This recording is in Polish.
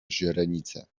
źrenice